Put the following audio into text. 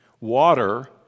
water